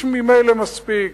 יש ממילא מספיק.